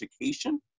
education